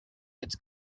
it’s